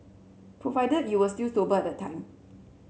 provided you were still sober at time